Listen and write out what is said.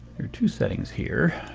are two settings here,